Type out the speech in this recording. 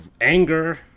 anger